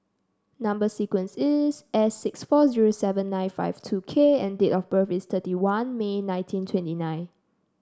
number sequence is S six four zero seven nine five two K and date of birth is thirty one May nineteen twenty nine